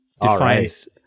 defines